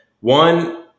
one